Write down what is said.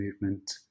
movement